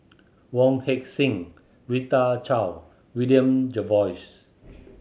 Wong Heck Sing Rita Chao William Jervois